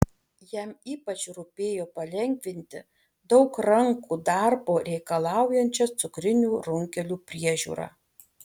jam ypač rūpėjo palengvinti daug rankų darbo reikalaujančią cukrinių runkelių priežiūrą